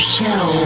show